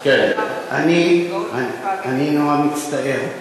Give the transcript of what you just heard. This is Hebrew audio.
אני נורא מצטער,